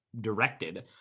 directed